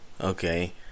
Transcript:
Okay